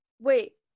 Wait